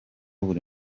buri